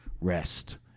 rest